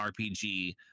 RPG